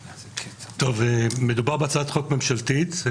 טוב, מדובר בהצעת חוק ממשלתית.